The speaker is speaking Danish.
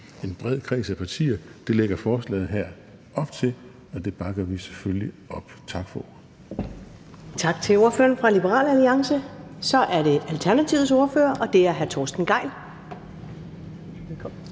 en bred kreds af partier. Det lægger forslaget her op til, og det bakker vi selvfølgelig op. Tak for ordet. Kl. 19:16 Første næstformand (Karen Ellemann): Tak til ordføreren for Liberal Alliance. Så er det Alternativets ordfører, og det er hr. Torsten Gejl. Velkommen.